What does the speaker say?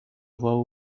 vow